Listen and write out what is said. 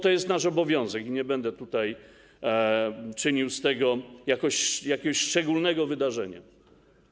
To jest nasz obowiązek i nie będę tutaj czynił z tego jakiegoś szczególnego wydarzenia.